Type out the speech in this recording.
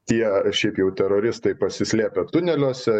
tie šiaip jau teroristai pasislėpę tuneliuose